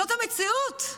זאת המציאות.